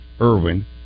Irwin